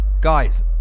Guys